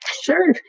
Sure